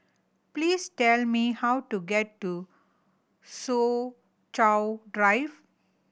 please tell me how to get to Soo Chow Drive